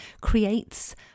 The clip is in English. creates